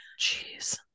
Jeez